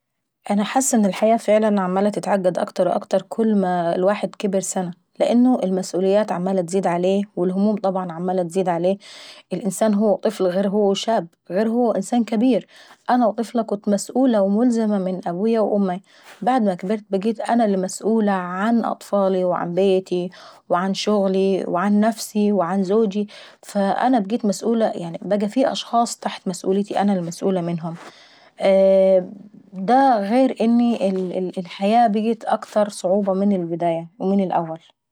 انا حاسة ان الحياة فعلا عمالة تتعقد اكتر واكتر كل ما الانسان بيكبر سنة. لانه المسئوليات عمالة تزيد والهموم طبعا عمالة تزيد عليه. الانسان هو وطفل غير هو وشاب غير هو وانسان كابير. زمان كنت مسئولة وملزمة من ابويا واماي. بعد ما كبرت بقيت انا المسئؤولة عن اطفالاي وعن بيتاي وعن شغلي وعن نفسي وعن جوزاي، فانا بقيت مسئولة يعناي بقا عيندي اشخاص تحت مسئوليتي وانا مسئولة عنهم. اييه دا غير ان الحياة بقيت اكتر صعوبة من البداية ومن الاول.